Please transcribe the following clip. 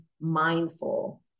mindful